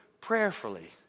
Prayerfully